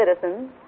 citizens